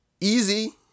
Easy